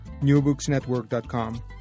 newbooksnetwork.com